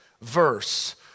verse